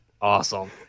Awesome